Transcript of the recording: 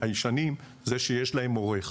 זה שיש לאחרונים עורך.